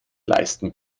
leisten